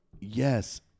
yes